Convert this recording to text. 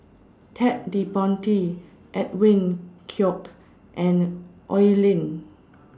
Ted De Ponti Edwin Koek and Oi Lin